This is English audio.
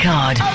Card